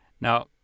Now